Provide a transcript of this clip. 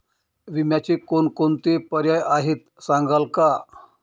विम्याचे कोणकोणते पर्याय आहेत सांगाल का?